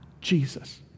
Jesus